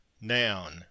Noun